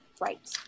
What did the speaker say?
right